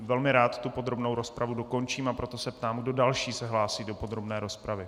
Velmi rád podrobnou rozpravu dokončím, a proto se ptám, kdo další se hlásí do podrobné rozpravy.